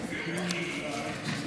לדיון האישי.